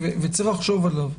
ויש לחשוב עליו.